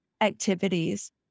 activities